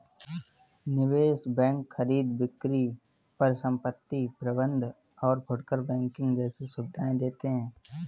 निवेश बैंक खरीद बिक्री परिसंपत्ति प्रबंध और फुटकर बैंकिंग जैसी सुविधायें देते हैं